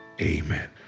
Amen